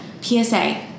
psa